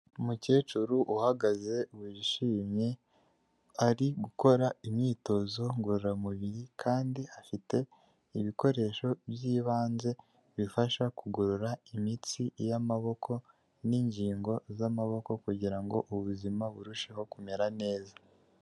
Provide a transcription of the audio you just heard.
Umukecuru uhagaze wishimye ari gukora imyitozo ngororamubiri kandi afite ibikoresho by'ibanze, bifasha kugorora imitsi y'amaboko n'ingingo z'amaboko kugira ngo ubuzima burusheho kumera neza.